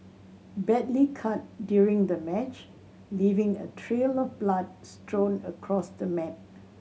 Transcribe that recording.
badly cut during the match leaving a trail of blood strewn across the mat